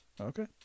Okay